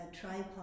tripod